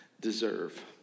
deserve